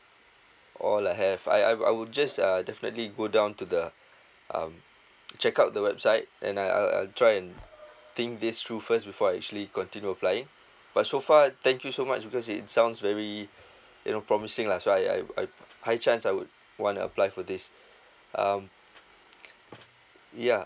all I have I I I would just uh definitely go down to the um check out the website and I I'll I'll try and think this through first before I actually continue apply but so far thank you so much because it sounds very you know promising lah so I I I high chance I would wanna apply for this um yeah